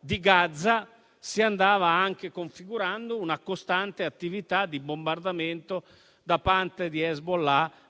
di Gaza si andava anche configurando una costante attività di bombardamento